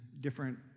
different